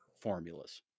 formulas